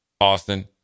Austin